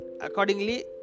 accordingly